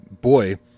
boy